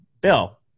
bill